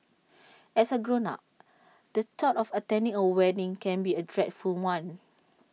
as A grown up the thought of attending A wedding can be A dreadful one